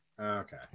Okay